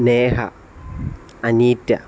Neha Aneeta